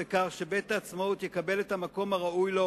לכך שבית-העצמאות יקבל את המקום הראוי לו,